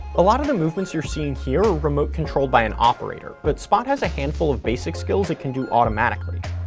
a lot of the movements you're seeing here are remote controlled by an operator. but spot has a handful of basic skills it can do automatically.